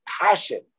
passion